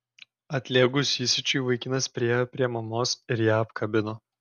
atlėgus įsiūčiui vaikinas priėjo prie mamos ir ją apkabino